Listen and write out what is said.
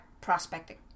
prospecting